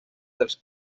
dels